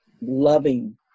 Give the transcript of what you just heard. loving